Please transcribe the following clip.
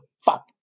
Fuck